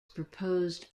proposed